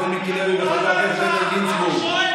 חבר הכנסת מיקי וחבר הכנסת איתן גינזבורג,